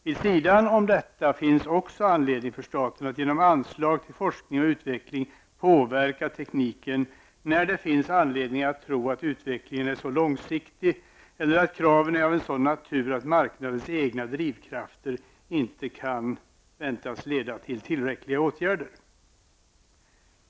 Vid sidan av detta finns det anledning för staten att också genom anslag till forskning och utveckling påverka tekniken när det finns anledning att tro att utvecklingen är så långsiktig eller kraven av sådan natur att marknadens egna drivkrafter inte kan väntas leda till tillräckliga åtgärder.